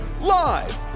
live